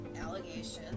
allegations